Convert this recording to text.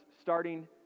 starting